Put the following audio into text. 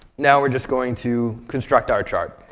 now we're just going to construct our chart.